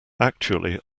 actually